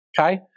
okay